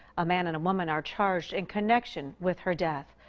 a man and woman are charged in connection with her death.